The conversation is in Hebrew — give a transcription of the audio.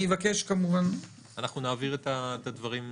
נעביר את הדברים לשולחינו.